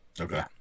Okay